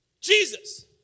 Jesus